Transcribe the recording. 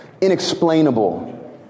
inexplainable